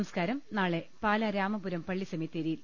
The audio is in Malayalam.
സംസ്കാരം നാളെ രാമപുരം പള്ളി സ്പെമിത്തേരിയിൽ